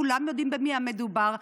כולם יודעים במי המדובר.